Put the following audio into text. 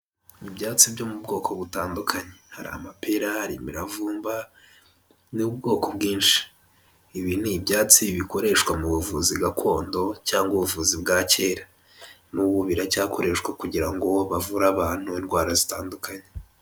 Mu byatsi byo mu bwoko butandukanye, hari amapera, hari imiravumba n'ubwoko bwinshi, ibi ni ibyatsi bikoreshwa mu buvuzi gakondo cyangwa ubuvuzi bwa kera n'ubu biracyakoreshwa kugira ngo bavure abantu indwara zitandukanye.